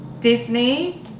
Disney